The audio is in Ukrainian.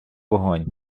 вогонь